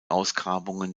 ausgrabungen